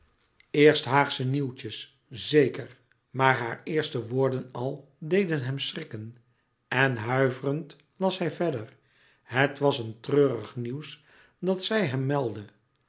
eerst haagsche nieuwtjes zeker maar haar eerste woorden al deden hem schrikken en huiverend las hij verder het was een treurig nieuws dat zij hem meldde